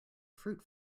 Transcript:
fruit